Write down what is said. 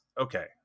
Okay